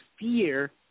fear